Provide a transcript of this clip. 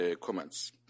comments